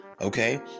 okay